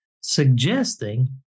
suggesting